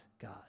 God